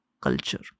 culture